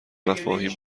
مفاهیم